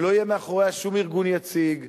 שלא יהיה מאחוריה שום ארגון יציג,